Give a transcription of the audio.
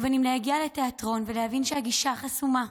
ובין שלהגיע לתיאטרון ולהבין שהגישה חסומה,